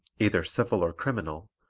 either civil or criminal,